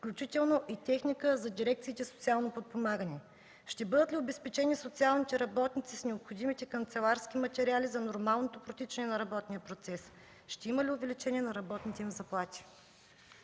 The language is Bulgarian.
включително и техника за дирекциите „Социално подпомагане”? Ще бъдат ли обезпечени социалните работници с необходимите канцеларски материали за нормалното протичане на работния процес? Ще има ли увеличение на работните им заплати?